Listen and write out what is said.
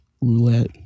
roulette